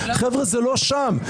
חבר'ה, זה לא שם.